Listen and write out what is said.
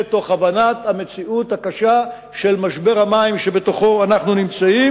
תוך הבנת המציאות הקשה של משבר המים שבתוכו אנחנו נמצאים.